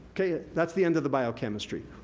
that's the end of the biochemistry.